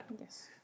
Yes